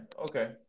Okay